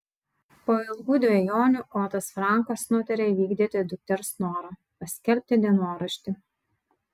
po ilgų dvejonių otas frankas nutarė įvykdyti dukters norą paskelbti dienoraštį